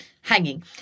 hanging